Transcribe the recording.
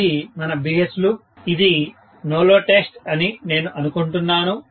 ఇది మన BH loop ఇది నో లోడ్ టెస్ట్ అని నేను అనుకుంటున్నాను